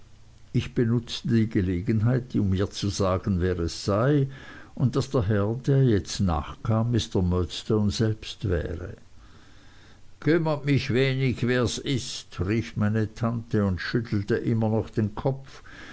ich benutzte die gelegenheit um ihr zu sagen wer es sei und daß der herr der jetzt nachkam mr murdstone selbst wäre kümmert mich wenig wers ist rief meine tante und schüttelte immer noch den kopf